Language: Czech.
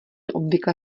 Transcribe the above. obvykle